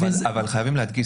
אבל חייבים להדגיש,